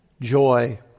joy